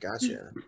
gotcha